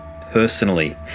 personally